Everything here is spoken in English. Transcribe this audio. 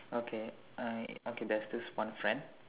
okay I okay there's this one friend